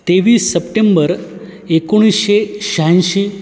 तेवीस सप्टेंबर एकोणीसशे शहाऐंशी